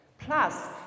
Plus